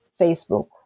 Facebook